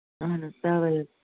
اَہَن حظ تَوے